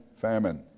famine